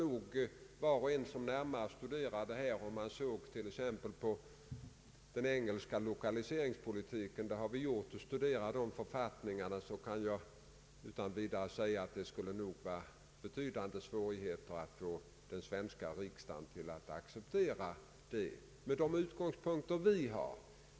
Om man ser t.ex, på den engelska = lokaliseringspolitiken, som vi har gjort, och studerar de författningar som gäller för denna, kan jag utan vidare säga att det skulle erbjuda betydande «svårigheter att få den svenska riksdagen att acceptera något sådant med de utgångspunkter vi har.